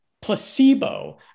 placebo